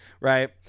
right